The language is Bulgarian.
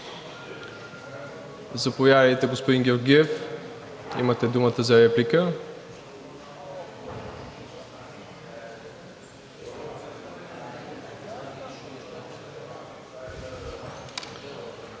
Заповядайте, господин Георгиев, имате думата за реплика.